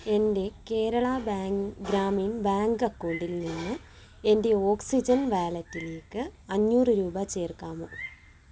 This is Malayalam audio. എൻ്റെ കേരള ഗ്രാമീൺ ബാങ്ക് അക്കൗണ്ടിൽ നിന്ന് എൻ്റെ ഓക്സിജൻ വാലറ്റിലേക്ക് അഞ്ഞൂറ് രൂപ ചേർക്കാമോ